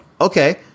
Okay